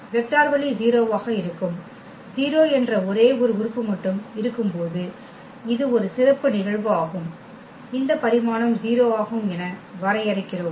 vector வெளி 0 ஆக இருக்கும் 0 என்ற ஒரே ஒரு உறுப்பு மட்டும் இருக்கும்போது இது ஒரு சிறப்பு நிகழ்வு ஆகும் இந்த பரிமாணம் 0 ஆகும் என வரையறுக்கிறோம்